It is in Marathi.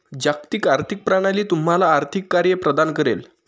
जागतिक आर्थिक प्रणाली तुम्हाला आर्थिक कार्ये प्रदान करेल